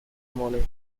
morning